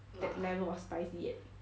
that level of spicy yet